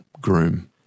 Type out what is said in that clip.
groom